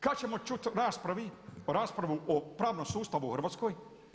Kad ćemo čut u raspravi, raspravu o pravnom sustavu u Hrvatskoj?